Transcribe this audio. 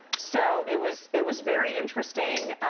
so it was it was very interesting.